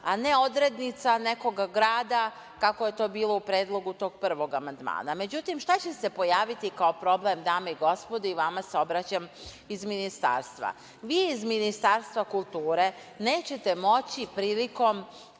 a ne odrednica nekog grada kako je to bilo u Predlogu tog prvog amandmana.Međutim, šta će se pojaviti kao problem, dame i gospodo i vama se obraćam iz Ministarstva, vi iz Ministarstva kulture nećete moći prilikom